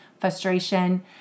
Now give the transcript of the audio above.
frustration